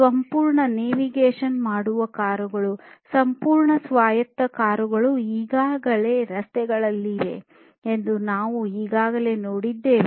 ಸ್ವಯಂ ನ್ಯಾವಿಗೇಟ್ ಮಾಡುವ ಕಾರುಗಳು ಸಂಪೂರ್ಣ ಸ್ವಾಯತ್ತ ಕಾರುಗಳು ಈಗಾಗಲೇ ರಸ್ತೆಗಳಲ್ಲಿವೆ ಎಂದು ನಾವು ಈಗಾಗಲೇ ನೋಡಿದ್ದೇವೆ